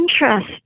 interest